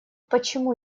почему